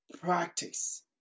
Practice